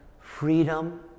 freedom